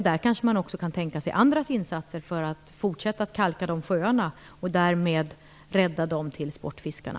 Man kanske också kan tänka sig andras insatser för att fortsätta kalka dessa sjöar och därmed rädda dem till sportfiskarna.